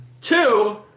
two